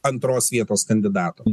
antros vietos kandidato